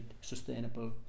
sustainable